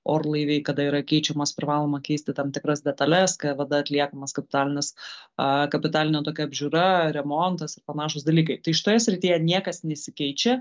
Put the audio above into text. orlaiviai kada yra keičiamas privaloma keisti tam tikras detales ka va atliekamas kapitalinis a kapitalinė tokia apžiūra remontas panašūs dalykai tai šitoje srityje niekas nesikeičia